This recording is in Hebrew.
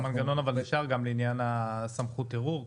המנגנון נשאר גם לעניין סמכות ערעור?